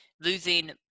losing